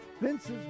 Vince's